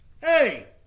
Hey